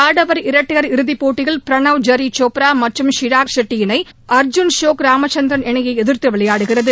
ஆடவர் இரட்டையர் இறுதிப்போட்டியில் பிரணவ் ஜெரி சோப்ரா மற்றும் ஷிராக் ஷெட்டி இணை அ்ஜூன் ஷோக் ராமசந்திரன் இணையை எதிர்த்து விளையாடுகிறது